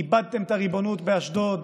איבדתם את הריבונות באשדוד,